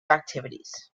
activities